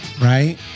right